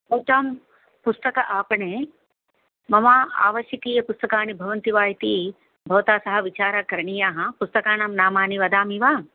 भवतां पुस्तक आपणे मम आवश्यकीय पुस्तकानि भवन्ति वा इति भवता सह विचारः करणीयाः पुस्तकानां नामानि वदामि वा